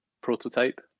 prototype